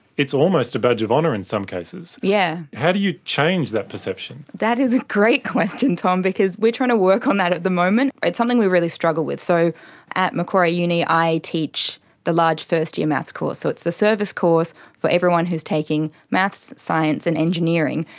it's almost a badge of honour in some cases. yeah how do you change that perception? that is a great question, tom, because we are trying to work on that at the moment. it's something we really struggle with. so at macquarie uni i teach the large first-year maths course. so it's the service course for everyone who is taking maths, science and engineering.